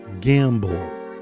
gamble